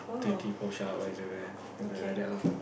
twenty push up like that lah